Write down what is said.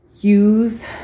use